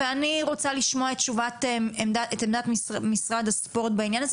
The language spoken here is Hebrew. ואני רוצה לשמוע את עמדת משרד הספורט בעניין הזה